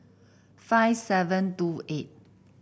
five seven two eight